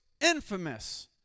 infamous